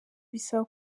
bisaba